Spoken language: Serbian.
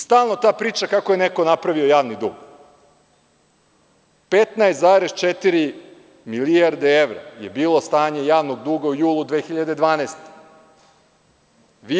Stalno ta priča kako je neko napravio javni dug, 15,4 milijarde evra je bilo stanje javnog duga u julu 2012. godine.